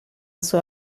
sua